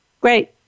Great